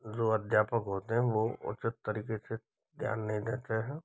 जो अध्यापक होते हैं वो उचित तरीके से ध्यान नहीं देते हैं